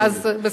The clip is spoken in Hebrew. אז בסדר.